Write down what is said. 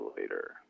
later